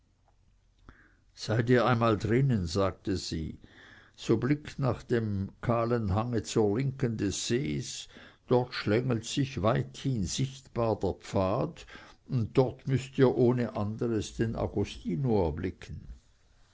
seid ihr einmal drinnen sagte sie so blickt nach dem kahlen hange zur linken des sees dort schlängelt sich weithin sichtbar der pfad und dort müßt ihr ohne anders den agostino erblicken